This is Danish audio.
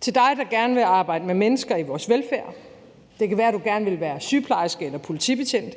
til dig, der gerne vil arbejde med mennesker i vores velfærd – det kan være, at du gerne vil være sygeplejerske eller politibetjent